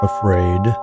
Afraid